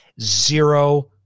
zero